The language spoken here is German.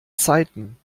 zeiten